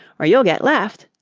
or you'll get left,